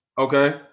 Okay